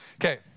Okay